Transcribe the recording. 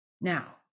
Now